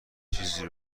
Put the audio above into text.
چیزی